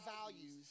values